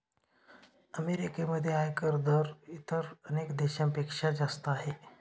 अमेरिकेमध्ये आयकर दर इतर अनेक देशांपेक्षा जास्त आहे